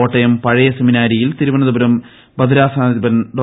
കോട്ടയം പഴയ സെമിനാരി യിൽ തിരുവനന്തപുരം ഭദ്രാസനാധിപൻ ഡോ